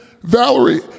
Valerie